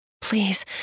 Please